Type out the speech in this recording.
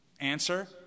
Answer